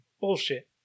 bullshit